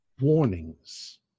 warnings